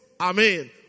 amen